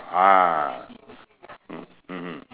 ah mm mmhmm